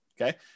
Okay